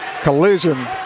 Collision